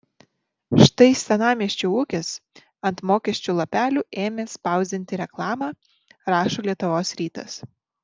štai senamiesčio ūkis ant mokesčių lapelių ėmė spausdinti reklamą rašo lietuvos rytas